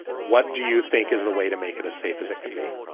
what do you think is the way to make it as safe as it can be?